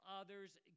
others